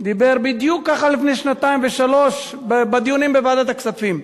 דיבר ככה בדיוק לפני שנתיים ושלוש בדיונים בוועדת הכספים,